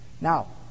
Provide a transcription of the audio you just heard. now